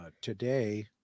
today